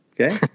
Okay